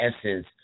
essence